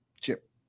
chip